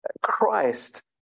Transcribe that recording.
Christ